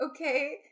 okay